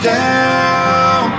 down